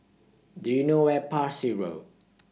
Do YOU know Where Parsi Road